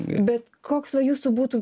bet koks va jūsų būtų